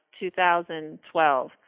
2012